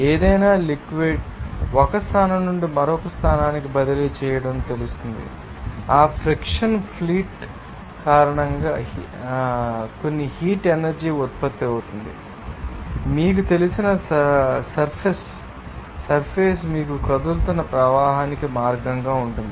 ఏదైనా లిక్విడ్ అన్ని ఒక స్థానం నుండి మరొక స్థానానికి బదిలీ చేయడం మీకు తెలుస్తుంది ఆ ఫ్రిక్షన్ ఫ్లీట్ కారణంగా కొన్ని హీట్ ఎనర్జీ ఉత్పత్తి అవుతుందని మీకు తెలుసని చూడండి మీకు తెలిసిన సర్ఫెస్ మీకు కదులుతున్న ప్రవాహానికి మార్గంగా ఉంటుంది